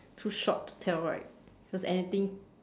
too short to tell right because anything